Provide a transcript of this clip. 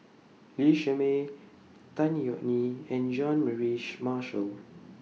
Lee Shermay Tan Yeok Nee and Jean Mary Marshall